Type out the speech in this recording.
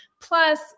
Plus